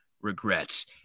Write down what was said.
regrets